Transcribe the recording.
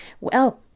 Well